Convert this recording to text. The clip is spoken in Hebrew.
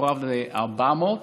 קרוב ל-400.